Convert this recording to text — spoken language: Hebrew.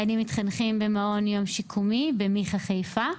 הילדים מתחנכים במעון יום שיקומי במיח"א חיפה.